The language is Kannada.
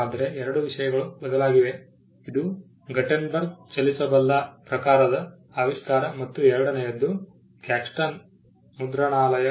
ಆದರೆ ಎರಡು ವಿಷಯಗಳು ಬದಲಾಗಿವೆ ಇದು ಗುಟೆನ್ಬರ್ಗ್ರ ಚಲಿಸಬಲ್ಲ ಪ್ರಕಾರದ ಆವಿಷ್ಕಾರ ಮತ್ತು ಎರಡನೆಯದ್ದು ಕ್ಯಾಕ್ಸ್ಟನ್ರ ಮುದ್ರಣಾಲಯ